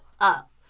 Up